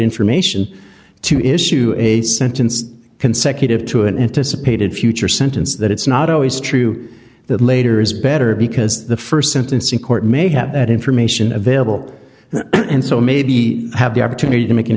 information to issue a sentence consecutive to an anticipated future sentence that it's not always true that later is better because the st sentencing court may have that information available and so may be have the opportunity to make an